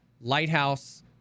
Lighthouse